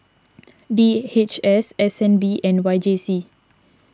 D H S S N B and Y J C